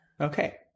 Okay